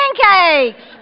Pancakes